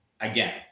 again